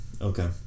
Okay